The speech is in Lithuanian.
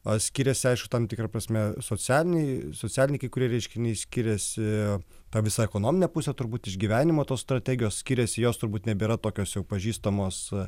o skiriasi aišku tam tikra prasme socialiniai socialiniai kai kurie reiškiniai skiriasi ta visa ekonominė pusė turbūt išgyvenimo tos strategijos skiriasi jos turbūt nebėra tokios pažįstamos